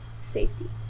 safety